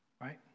Right